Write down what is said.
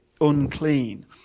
unclean